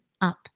up